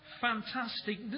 fantastic